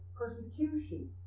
Persecution